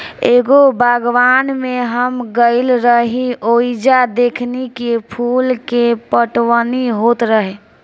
एगो बागवान में हम गइल रही ओइजा देखनी की फूल के पटवनी होत रहे